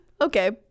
Okay